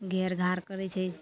घेर घार करय छै